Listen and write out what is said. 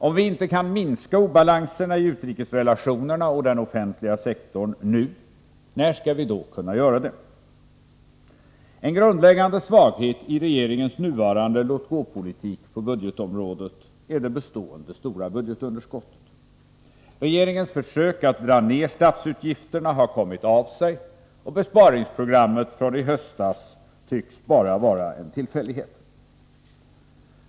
Om vi inte kan minska obalanserna i utrikesrelationerna och i den offentliga sektorn nu, när skall vi då kunna göra det? En grundläggande svaghet i regeringens nuvarande låt-gå-politik på budgetområdet är det bestående stora budgetunderskottet. Regeringens försök att dra ner statsutgifterna har kommit av sig, och besparingsprogrammet från i höstas tycks bara vara en tillfällighet.